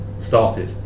started